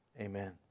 Amen